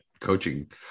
coaching